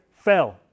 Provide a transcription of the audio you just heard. fell